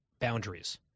boundaries